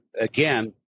again